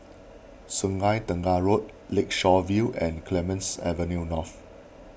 Sungei Tengah Road Lakeshore View and Clemenceau Avenue North